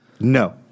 No